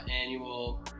annual